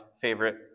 favorite